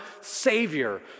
Savior